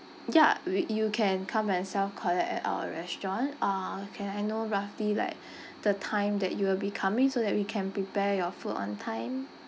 ya we you can come by yourself collect at our restaurant uh can I know roughly like the time that you will be coming so that we can prepare your food on time